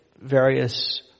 various